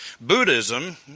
Buddhism